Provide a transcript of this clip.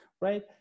right